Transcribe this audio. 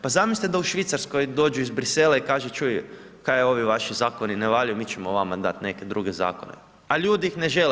Pa zamislite da u Švicarskoj dođu iz Brisela i kažu čuj, kaj ovi vaši zakoni ne valjaju mi ćemo vama dati neke druge zakone, a ljudi ih ne žele.